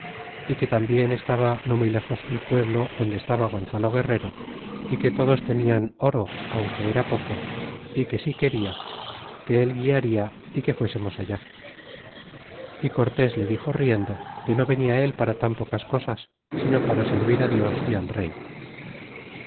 carga que tambien estaba no muy léjos el pueblo donde estaba gonzalo guerrero é que todos tenian oro aunque era poco y que si queda que él guiaria y que fuésemos allá y cortés le dixo riendo que no venia él para tan pocas cosas sino para servir dios y al rey